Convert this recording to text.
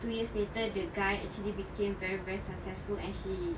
two years later the guy actually became very very successful and he